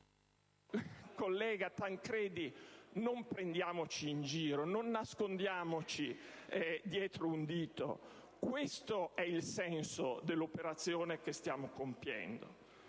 Collega Tancredi, non prendiamoci in giro. Non nascondiamoci dietro un dito. Questo e non altro è il senso dell'operazione che stiamo compiendo!